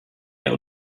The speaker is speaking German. der